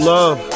Love